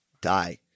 die